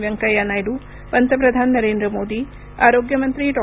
व्यंकय्या नायडू पंतप्रधान नरेंद्र मोदी आरोग्यमंत्री डॉ